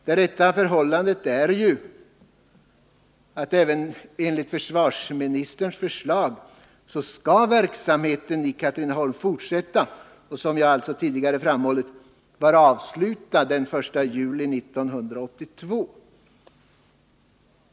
Det rätta förhållandet är ju det, att även enligt försvarsministerns förslag skall verksamheten i Katrineholm fortsätta och — som jag tidigare framhållit — vara avslutad den 1 juli 1982.